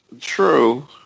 True